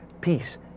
peace